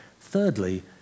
Thirdly